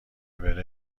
بره